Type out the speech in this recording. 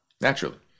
naturally